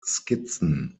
skizzen